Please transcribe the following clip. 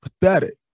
pathetic